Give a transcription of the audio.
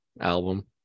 album